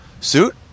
suit